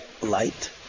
light